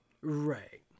Right